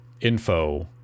info